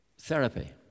therapy